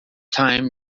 time